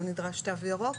לא נדרש תו ירוק.